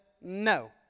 no